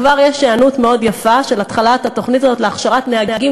כבר יש היענות מאוד יפה להתחלת התוכנית הזאת להכשרת נהגים